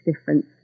difference